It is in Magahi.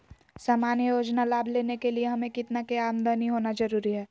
सामान्य योजना लाभ लेने के लिए हमें कितना के आमदनी होना जरूरी है?